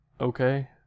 okay